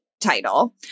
title